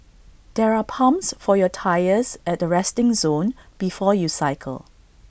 there are pumps for your tyres at the resting zone before you cycle